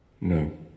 no